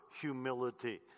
humility